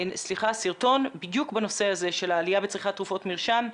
סרטון בדיוק בנושא של עליה בצריכת תרופות מרשם,